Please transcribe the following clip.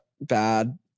bad